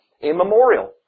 immemorial